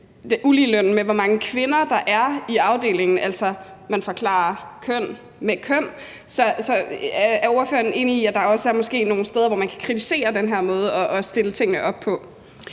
forklarer uligelønnen med, hvor mange kvinder der er i afdelingen. Man forklarer altså køn med køn. Så er ordføreren enig i, at der måske også er nogle steder, hvor man kan kritisere den her måde at stille tingene op på?